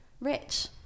Rich